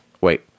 wait